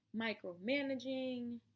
micromanaging